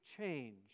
change